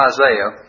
Isaiah